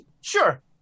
Sure